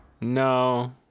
No